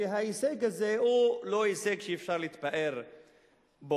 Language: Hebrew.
שההישג הזה הוא לא הישג שאפשר להתפאר בו.